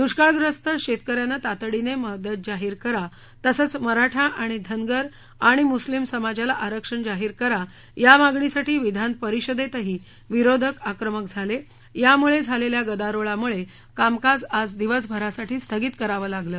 दुष्काळ ग्रस्त शेतकऱ्यांना तातडीने मदत जाहीर करा तसंच मराठा धनगर आणि मुस्लिम समाजला आरक्षण जाहीर करावं या मागणीसाठी विधानपरिषदेतही विरोधक आक्रमक झाले यामुळे झालेल्या गदारोळामुळे कामकाज आज दिवसभरासाठी स्थगित करावं लागलं